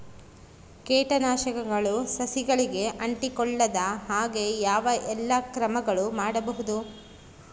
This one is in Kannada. ಕೇಟನಾಶಕಗಳು ಸಸಿಗಳಿಗೆ ಅಂಟಿಕೊಳ್ಳದ ಹಾಗೆ ಯಾವ ಎಲ್ಲಾ ಕ್ರಮಗಳು ಮಾಡಬಹುದು?